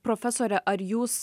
profesore ar jūs